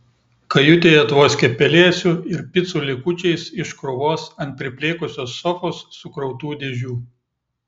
kajutėje tvoskė pelėsiu ir picų likučiais iš krūvos ant priplėkusios sofos sukrautų dėžių